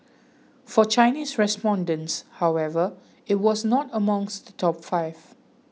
for Chinese respondents however it was not among the top five